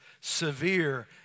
severe